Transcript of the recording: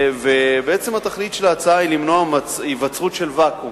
בעצם, התכלית של ההצעה היא למנוע היווצרות ואקום,